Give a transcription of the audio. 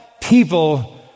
people